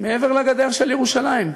מעבר לגדר של ירושלים.